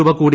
രൂപ കൂടി